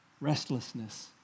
Restlessness